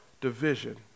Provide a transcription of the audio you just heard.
division